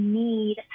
need